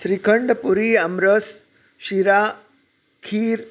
shrikhand puri aamras sheera खीर